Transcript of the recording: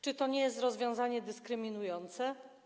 Czy to nie jest rozwiązanie dyskryminujące?